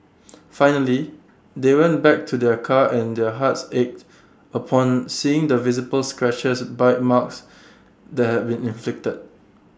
finally they went back to their car and their hearts ached upon seeing the visible scratches bite marks that had been inflicted